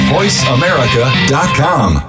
VoiceAmerica.com